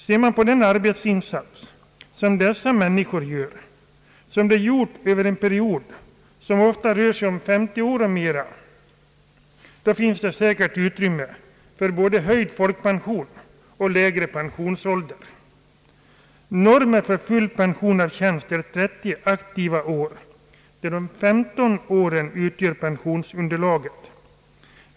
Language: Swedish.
Ser man på den arbetsinsats som dessa människor gör och som de gjort över en period som ofta rör sig om 50 år och mera, finns det säkert utrymme för både höjd folkpension och lägre pensionsålder. Normer för full pension av tjänst är 30 aktiva år, där de 135 bästa åren utgör pensionsunderlaget.